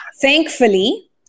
thankfully